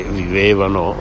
vivevano